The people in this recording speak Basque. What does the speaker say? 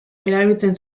erabiltzen